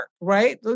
right